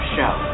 Show